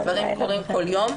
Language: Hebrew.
הדברים קורים כל יום.